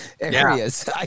areas